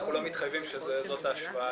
אנחנו לא מתחייבים שזאת ההשוואה